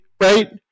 right